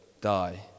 die